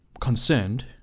concerned